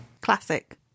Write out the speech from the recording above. classic